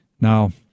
now